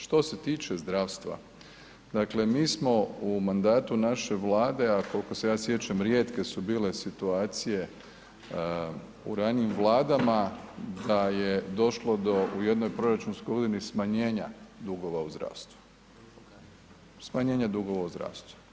Što se tiče zdravstva, dakle mi smo u mandatu naše Vlade, a kolko se ja sjećam rijetke su bile situacije u ranijim Vladama da je došlo do u jednoj proračunskoj godini smanjenja dugova u zdravstvu, smanjenja dugova u zdravstvu.